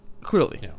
Clearly